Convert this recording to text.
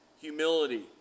humility